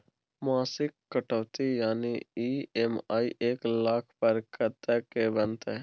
मासिक कटौती यानी ई.एम.आई एक लाख पर कत्ते के बनते?